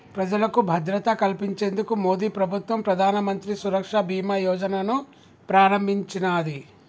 ప్రజలకు భద్రత కల్పించేందుకు మోదీప్రభుత్వం ప్రధానమంత్రి సురక్ష బీమా యోజనను ప్రారంభించినాది